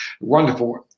Wonderful